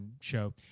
show